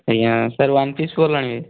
ଆଜ୍ଞା sir one piece ball ଆଣିବେ